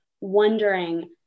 wondering